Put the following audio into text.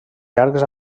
llargs